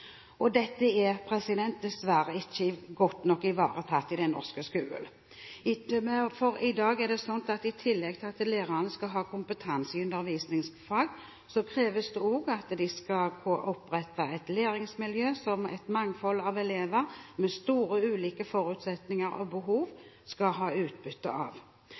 Dette er dessverre ikke godt nok ivaretatt i den norske skolen. I dag er det slik at i tillegg til at lærerne skal ha kompetanse i undervisningsfag, kreves det også at de skal opprette et læringsmiljø som et mangfold av elever, med svært ulike forutsetninger og behov, skal ha utbytte av.